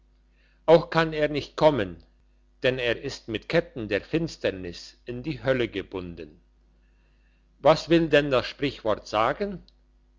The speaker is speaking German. auch kann er nicht kommen denn er ist mit ketten der finsternis in die hölle gebunden was will denn das sprichwort sagen